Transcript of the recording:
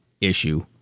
issue